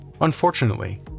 Unfortunately